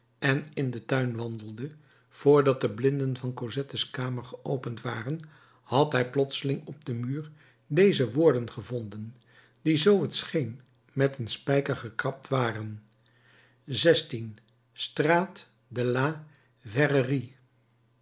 en in den tuin wandelde vr dat de blinden van cosettes kamer geopend waren had hij plotseling op den muur deze woorden gevonden die zoo t scheen met een spijker gekrabd waren straat